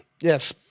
Yes